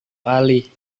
kali